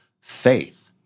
faith